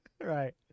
Right